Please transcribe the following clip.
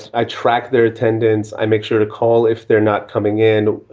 i track their attendance. i make sure to call if they're not coming in,